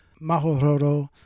Mahororo